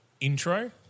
intro